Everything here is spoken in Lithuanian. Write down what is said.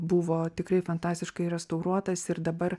buvo tikrai fantastiškai restauruotas ir dabar